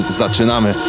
zaczynamy